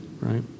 right